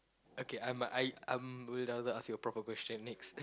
okay I'm uh I I'm want to ask you a proper question next